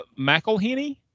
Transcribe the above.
McElhenney